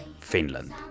Finland